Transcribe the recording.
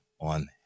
on